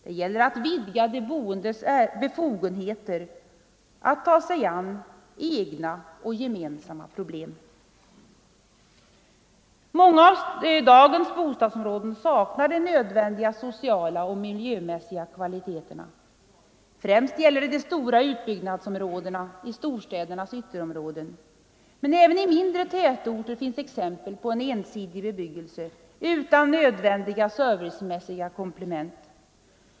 Det gäller att vidga de boendes befogenheter att ta sig an egna och gemensamma problem. Många av dagens bostadsområden saknar de nödvändiga sociala och miljömässiga kvaliteterna. Främst gäller det de stora utbyggnadsområdena i storstädernas ytterområden, men även i mindre tätorter finns exempel på ensidig bebyggelse utan nödvändiga servicemässiga komplement.